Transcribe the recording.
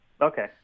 Okay